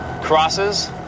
Crosses